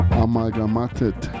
amalgamated